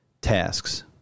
tasks